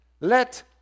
Let